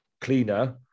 cleaner